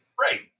Right